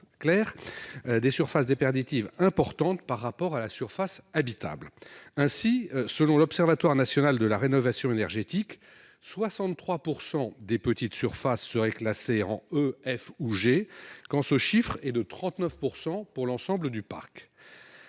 les murs - importantes par rapport à la surface habitable. Ainsi, selon l'Observatoire national de la rénovation énergétique, 63 % des petites surfaces seraient classées E, F ou G, contre 39 % pour l'ensemble du parc.